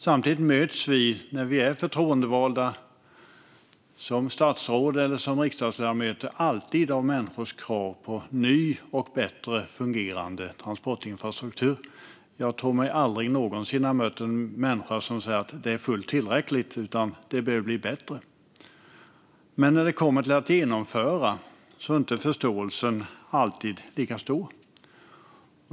Samtidigt möts vi förtroendevalda, som statsråd eller som riksdagsledamöter, alltid av människors krav på ny och bättre fungerande transportinfrastruktur. Jag tror inte att jag någonsin har mötts av en människa som säger att det är fullt tillräckligt, utan man säger snarare att det bör bli bättre. När det kommer till att genomföra är förståelsen dock inte alltid lika stor.